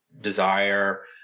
desire